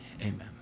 Amen